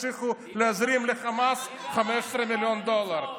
תמשיכו להזרים לחמאס 15 מיליון דולר.